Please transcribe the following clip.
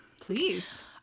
please